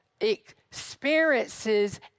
experiences